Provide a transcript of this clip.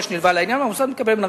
אורה נמיר, כן.